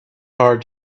heart